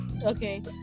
Okay